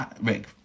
Rick